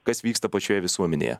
kas vyksta pačioje visuomenėje